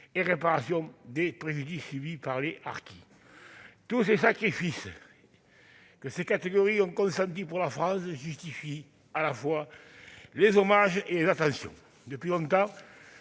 et réparation des préjudices subis par les harkis. Tous les sacrifices que ces catégories ont consentis pour la France justifient à la fois les hommages et les attentions. Depuis longtemps,